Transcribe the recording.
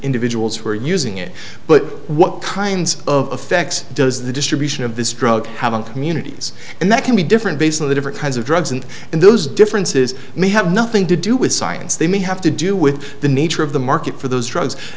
individuals who are using it but what kinds of effects does the distribution of this drug have an communities and that can be different based on the different kinds of drugs and in those differences may have nothing to do with science they may have to do with the nature of the market for those drugs